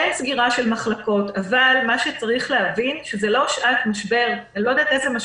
אין סגירה של מחלקות אבל צריך להבין שזה לא שעת משבר רגיל.